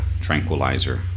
tranquilizer